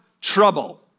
trouble